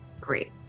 Great